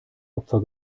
opfer